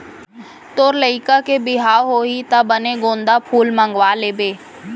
तोर लइका के बिहाव होही त बने गोंदा फूल मंगवा लेबे